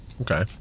Okay